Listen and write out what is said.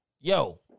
Yo